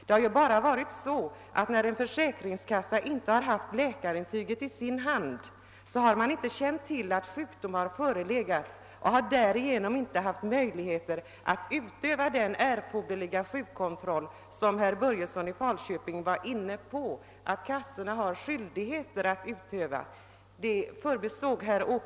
Så har inte alls varit fallet, men innan försäkringskassan har fått läkarintyg har den inte känt till att det har förelegat sjukdom och har därigenom inte haft möjlighet att utöva den erforderliga sjukkontrollen, som också herr Börjesson i Falköping underströk att kassorna har skyldighet att utöva.